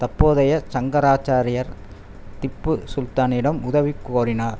தற்போதைய சங்கராச்சாரியர் திப்பு சுல்தானிடம் உதவி கோரினார்